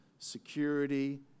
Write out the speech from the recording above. security